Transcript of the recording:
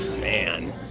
Man